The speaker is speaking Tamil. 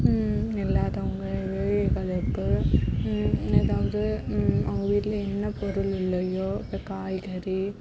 இல்லாதவங்க ஏழைகளுக்கு எதாவது அவங்க வீட்டில் என்ன பொருள் இல்லையோ அந்த காய்கறி